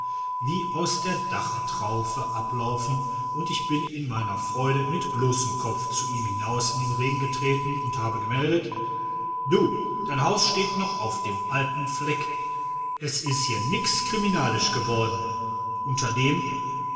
wie aus einer dachtraufen ablaufen und ich bin in meiner freude mit bloßem kopf zu ihm hinaus in den regen getreten und habe gemeldet du dein haus steht noch auf dem alten fleck es is hier nix kriminalisch geworden unterdem